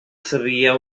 sabia